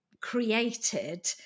created